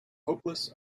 hopeless